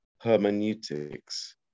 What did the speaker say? hermeneutics